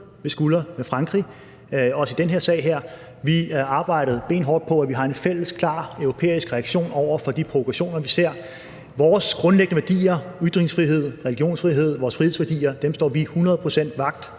ved skulder med Frankrig, også i den her sag. Vi har arbejdet benhårdt for, at vi skal have en fælles klar europæisk reaktion over for de provokationer, vi ser. Vores grundlæggende værdier – ytringsfrihed, religionsfrihed, vores frihedsværdier – står vi hundrede procent vagt